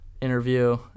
interview